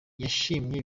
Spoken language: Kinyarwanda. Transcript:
yashimye